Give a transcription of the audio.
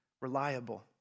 reliable